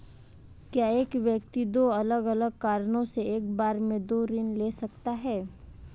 क्या एक व्यक्ति दो अलग अलग कारणों से एक बार में दो ऋण ले सकता है?